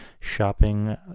shopping